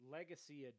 Legacy